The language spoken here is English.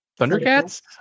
Thundercats